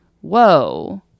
whoa